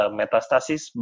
metastasis